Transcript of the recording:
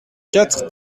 quatre